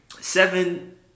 seven